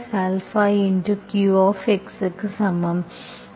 க்கு சமம்